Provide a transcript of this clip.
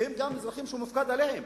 שגם הם אזרחים שהוא מופקד עליהם.